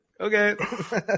okay